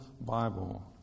Bible